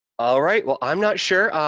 all right, well, i'm not sure.